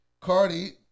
Cardi